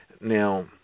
Now